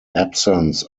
absence